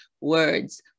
words